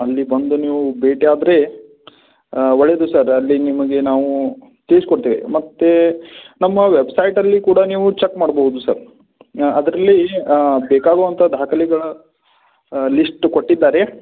ಅಲ್ಲಿ ಬಂದು ನೀವು ಭೇಟಿ ಆದರೆ ಒಳ್ಳೆಯದು ಸರ್ ಅಲ್ಲಿ ನಿಮಗೆ ನಾವು ತಿಳ್ಸ್ಕೊಡ್ತೇವೆ ಮತ್ತು ನಮ್ಮ ವೆಬ್ಸೈಟಲ್ಲಿ ಕೂಡ ನೀವು ಚೆಕ್ ಮಾಡ್ಬೋದು ಸರ್ ಅದರಲ್ಲಿ ಬೇಕಾಗುವಂಥ ದಾಖಲೆಗಳ ಲಿಸ್ಟ್ ಕೊಟ್ಟಿದ್ದಾರೆ